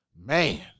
man